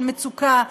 של מצוקה,